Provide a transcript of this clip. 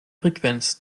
frequenz